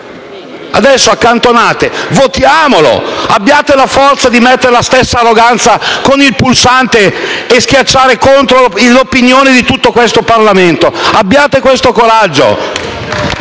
Adesso accantonate; votiamolo invece! Abbiate la forza di mettere la stessa arroganza con il pulsante e schiacciare contro l'opinione di tutto questo Parlamento. Abbiate questo coraggio.